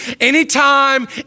anytime